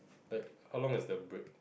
like how long is the break